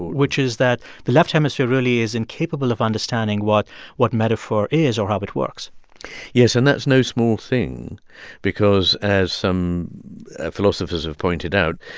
which is that the left hemisphere really is incapable of understanding what what metaphor is or how it works yes. and that's no small thing because as some philosophers have pointed out,